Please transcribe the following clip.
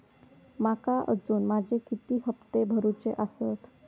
माका अजून माझे किती हप्ते भरूचे आसत?